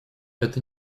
это